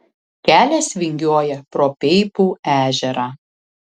kelias vingiuoja pro peipų ežerą